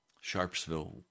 Sharpsville